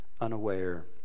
unaware